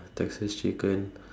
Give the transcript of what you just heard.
Texas Chicken